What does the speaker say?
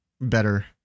better